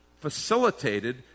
facilitated